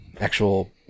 actual